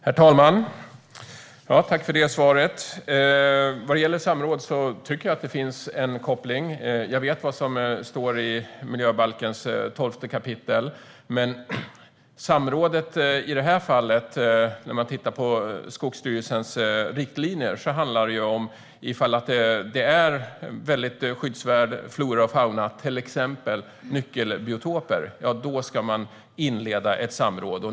Herr talman! Tack för det svaret! När det gäller samråd tycker jag att det finns en koppling. Jag vet vad som står i 12 kap. miljöbalken. Men Skogsstyrelsens riktlinjer handlar ju om att om det är en skyddsvärd flora och fauna, till exempel nyckelbiotoper, ska man inleda ett samråd.